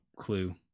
clue